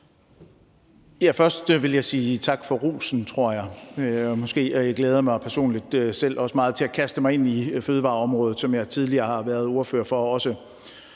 Først vil jeg sige tak for rosen, tror jeg. Jeg glæder mig personligt også meget til at kaste mig ind i arbejdet på fødevareområdet, som jeg også tidligere har været ordfører på.